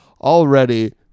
Already